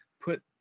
put